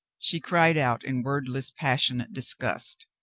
she cried out in wordless passionate disgust.